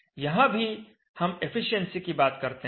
यहां भी हम एफिशिएंसी की बात करते हैं